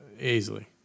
easily